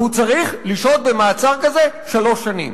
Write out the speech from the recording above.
והוא צריך לשהות במעצר כזה שלוש שנים.